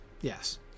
yes